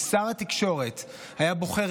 אם שר התקשורת היה בוחר